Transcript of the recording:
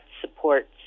supports